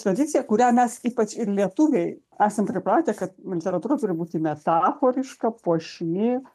tradiciją kurią mes ypač ir lietuviai esam pripratę kad literatūra turi būti metaforiška puošni